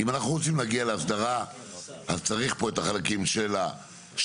אם אנחנו רוצים להגיע להסדרה אז צריך פה את החלקים של השטח,